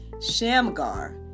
shamgar